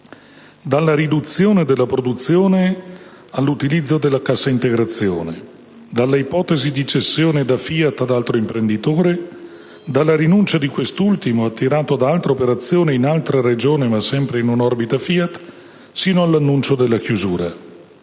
dalla riduzione della produzione all'utilizzo della cassa integrazione e all'ipotesi di cessione da FIAT ad altro imprenditore; dalla rinuncia di quest'ultimo (attirato da altra operazione in altra Regione, ma sempre in un'orbita FIAT) sino all'annuncio della chiusura.